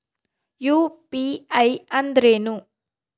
UPI ಅಂದ್ರೇನು?